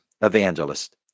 evangelist